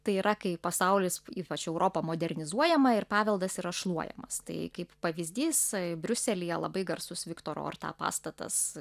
tai yra kai pasaulis ypač europa modernizuojama ir paveldas yra šluojamas tai kaip pavyzdys briuselyje labai garsus viktoro orta pastatas